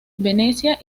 venecia